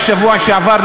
רק בשבוע שעבר,